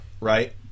right